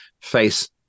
face